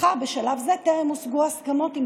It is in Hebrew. מאחר שבשלב זה טרם הושגו הסכמות עם